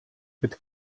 mit